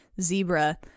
zebra